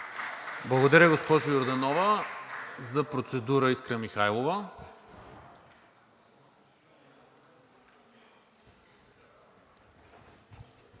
Благодаря, госпожо Йорданова. За процедура – Искра Михайлова.